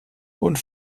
und